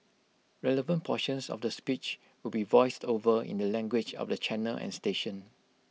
relevant portions of the speech will be voiced over in the language of the channel and station